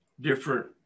Different